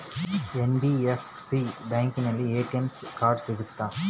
NBFC ಬ್ಯಾಂಕಿನಲ್ಲಿ ATM card ಸಿಗುತ್ತಾ?